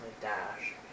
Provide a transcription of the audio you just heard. dash